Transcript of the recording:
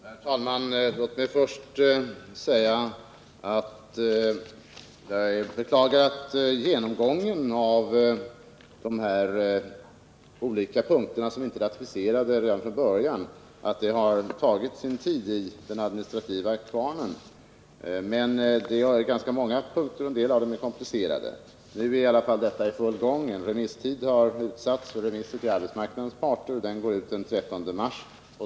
Herr talman! Låt mig först säga att jag beklagar att genomgången av de här olika punkterna som inte är ratificerade redan från början har tagit sin tid iden administrativa kvarnen. Men det är ganska många punkter, och en del av dem är komplicerade. Nu är i alla fall arbetet med detta i full gång. En tid har utsatts för remissvar från arbetsmarknadens parter, och den går ut den 13 mars.